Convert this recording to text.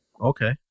okay